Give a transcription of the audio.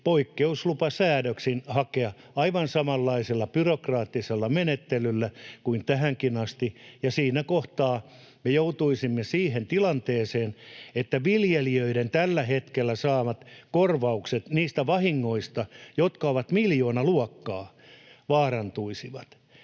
poikkeuslupasäädöksin hakea aivan samanlaisella byrokraattisella menettelyllä kuin tähänkin asti, ja siinä kohtaa me joutuisimme siihen tilanteeseen, että viljelijöiden tällä hetkellä saamat korvaukset niistä vahingoista, jotka ovat miljoonaluokkaa, vaarantuisivat.